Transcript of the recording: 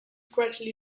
gradually